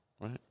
Right